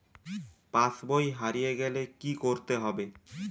পাশবই হারিয়ে গেলে কি করতে হবে?